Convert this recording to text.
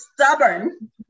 Stubborn